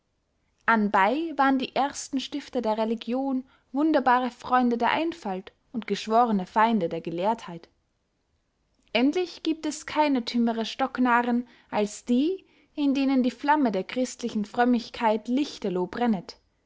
anbey waren die ersten stifter der religion wunderbare freunde der einfalt und geschworne feinde der gelehrtheit endlich giebt es keine tümmere stocknarren als die in denen die flamme der christlichen frömmigkeit lichterloh brennet